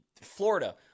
Florida